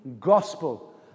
gospel